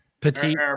Petite